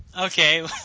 Okay